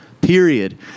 period